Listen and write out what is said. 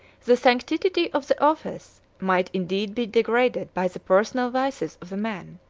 the sanctity of the office might indeed be degraded by the personal vices of the man.